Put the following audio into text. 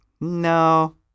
no